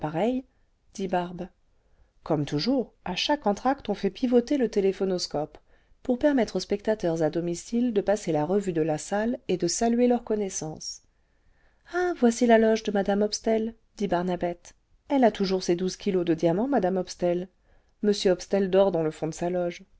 dit barbe comme toujours à chaque entr'acte on fait jjivoter le téléphonoscope pour permettre aux spectateurs à domicile de passer la revue de la salle et cle saluer leurs connaissances ah voici la loge de mme hopstel dit barnabette elle a toujours ses douze kilos de diamants moee hopstel m hopstel dort dans le fond de sa loge